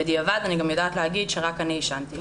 בדיעבד אני גם יודעת להגיד שרק אני עישנתי,